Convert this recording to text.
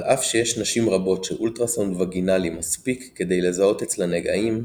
על אף שיש נשים רבות שאולטרסאונד וגינאלי מספיק כדי לזהות אצלן נגעים,